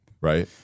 right